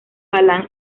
galán